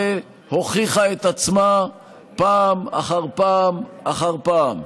הוכיחה את עצמה פעם אחר פעם אחר פעם.